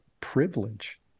privilege